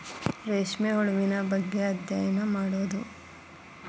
ರೇಶ್ಮೆ ಹುಳುವಿನ ಬಗ್ಗೆ ಅದ್ಯಯನಾ ಮಾಡುದು